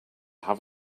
have